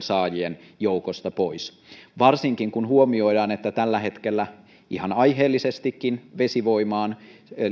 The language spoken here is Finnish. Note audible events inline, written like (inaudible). (unintelligible) saajien joukosta varsinkin kun huomioidaan että tällä hetkellä ihan aiheellisestikin vesivoimaan